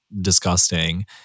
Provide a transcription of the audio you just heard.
disgusting